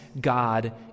God